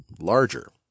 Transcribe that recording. larger